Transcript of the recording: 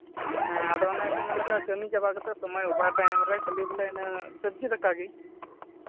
ᱦᱮᱸ ᱟᱫᱚ ᱚᱱᱮ ᱠᱚ ᱢᱮᱱ ᱞᱮᱠᱟ ᱠᱟᱹᱢᱤ ᱪᱟᱵᱟ ᱠᱟᱛᱮᱫ ᱥᱚᱢᱚᱭ ᱚᱵᱷᱟᱨ ᱴᱟᱭᱤᱢ ᱨᱮ ᱠᱷᱟᱹᱞᱤ ᱵᱚᱞᱮ ᱤᱱᱟᱹ ᱥᱚᱵᱽᱡᱤ ᱫᱟᱠᱟ ᱜᱮ